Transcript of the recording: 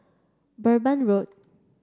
Durban Road